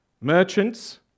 merchants